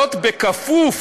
כפוף